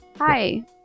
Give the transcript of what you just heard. Hi